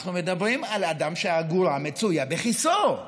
אנחנו מדברים על אדם שהאגורה מצויה בכיסו.